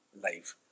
life